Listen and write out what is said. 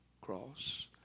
cross